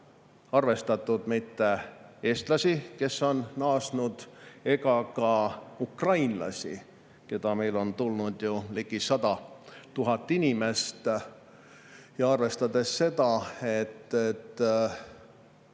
arvestatud eestlasi, kes on naasnud, ega ka ukrainlasi, keda meile on tulnud ju ligi 100 000. Arvestades seda, et